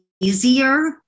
easier